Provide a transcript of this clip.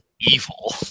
evil